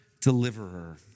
deliverer